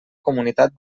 comunitat